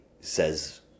says